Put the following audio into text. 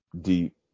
deep